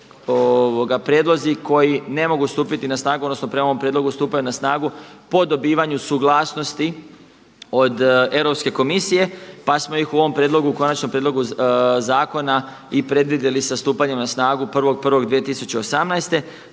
prijedlozi koji ne mogu stupiti na snagu, odnosno prema ovom prijedlogu stupaju na snagu po dobivanju suglasnosti od Europske komisije, pa smo ih u ovom prijedlogu, Konačnom prijedlogu zakona i predvidjeli sa stupanjem na snagu 1.1.2018.